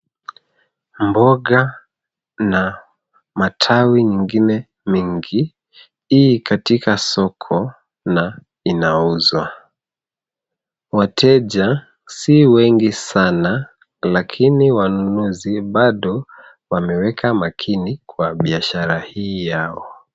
Mboga na matawi mengine mengi, i katika soko na inauzwa . Wateja si wengi sana lakini wanunuzi bado wameweka makini kwa biashara hii yao.